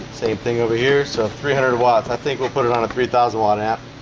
same thing over here. so three hundred watts. i think we'll put it on a three thousand watt app.